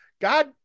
God